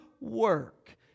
work